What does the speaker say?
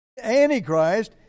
antichrist